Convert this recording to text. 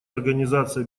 организации